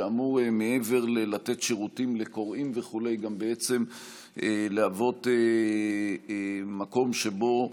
ומעבר למתן שירותים לקוראים וכו' הוא אמור גם להוות מקום שבו,